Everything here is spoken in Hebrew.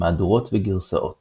מהדורות וגרסאות